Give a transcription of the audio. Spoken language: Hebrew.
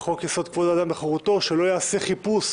בחוק יסוד: כבוד האדם וחירותו, שלא ייעשה חיפוש